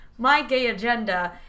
mygayagenda